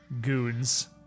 goons